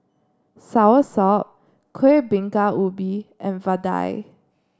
Soursop Kuih Bingka Ubi and Vadai